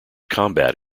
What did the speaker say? combat